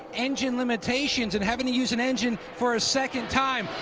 engine limitations and having to use an engine for a second time.